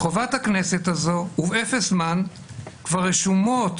לחובת הכנסת הזו ובאפס זמן כבר רשומות